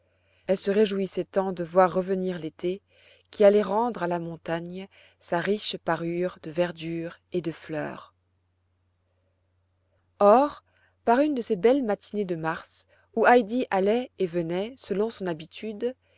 elle se réjouissait tant de voir revenir l'été qui allait rendre à la montagne sa riche parure de verdure et de fleurs or par une de ces belles matinées de mars où heidi allait et venait selon son habitude